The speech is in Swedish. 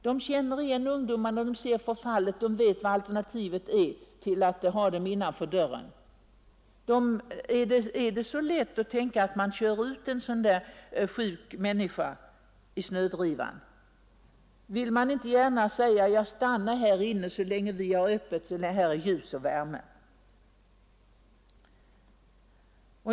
De känner igen ungdomarna och ser förfallet och vet vad alternativet är till att ha dem innanför dörren. Är det lätt att säga att man bör köra ut en sådan där sjuk människa i snödrivan? Vill man inte gärna säga: Stanna här inne så länge vi har öppet — här är ljus och värme!